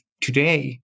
today